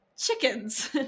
chickens